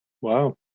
Wow